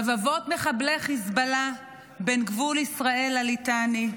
רבבות מחבלי חיזבאללה בין גבול ישראל לליטני,